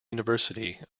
university